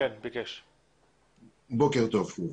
בוקר טוב.